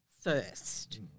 first